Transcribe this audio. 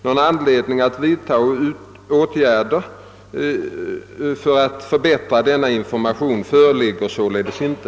Någon anledning att vidta åtgärder för att förbättra denna information föreligger således inte.